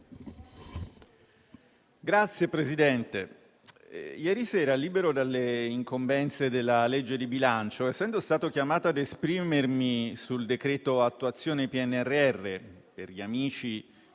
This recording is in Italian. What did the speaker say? Signor Presidente, ieri sera, libero dalle incombenze della legge di bilancio, essendo stato chiamato a esprimermi sul decreto di attuazione del PNRR (per gli amici